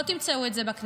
לא תמצאו את זה בכנסת,